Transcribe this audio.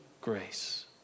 grace